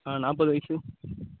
நாற்பது வயது